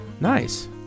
Nice